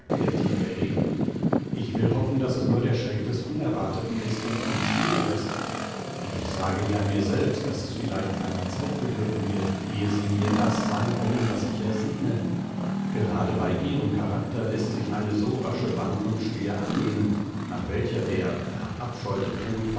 tief erregt ich will hoffen daß es nur der schreck des unerwarteten ist und nichts schlimmeres ich sage ja mir selbst daß es vielleicht langer zeit bedürfen wird ehe sie mir das sein können was ich ersehne gerade bei ihrem charakter läßt sich eine so rasche wandlung schwer annehmen nach welcher der verabscheute